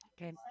Okay